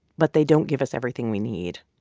but they don't give us everything we need.